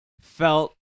felt